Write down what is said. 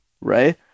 right